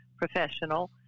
professional